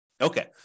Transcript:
Okay